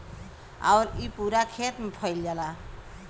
आउर इ पूरा खेत मे फैल जाला